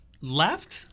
left